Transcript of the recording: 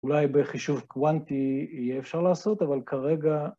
אולי בחישוב קוואנטי יהיה אפשר לעשות, אבל כרגע...